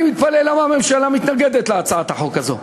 אני מתפלא למה הממשלה מתנגדת להצעת החוק הזאת.